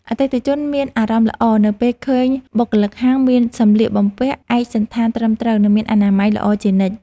អតិថិជនមានអារម្មណ៍ល្អនៅពេលឃើញបុគ្គលិកហាងមានសម្លៀកបំពាក់ឯកសណ្ឋានត្រឹមត្រូវ និងមានអនាម័យល្អជានិច្ច។